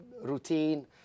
routine